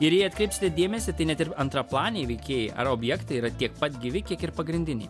ir jei atkreipsite dėmesį tai net ir antraplaniai veikėjai ar objektai yra tiek pat gyvi kiek ir pagrindiniai